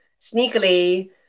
sneakily